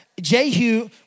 Jehu